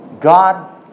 God